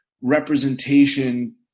representation